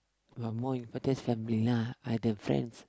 but more important is family lah rather than friends